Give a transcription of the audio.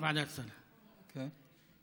ועדת הסל, כן.